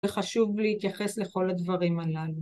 וחשוב להתייחס לכל הדברים הללו